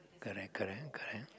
correct correct correct